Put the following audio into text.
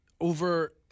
over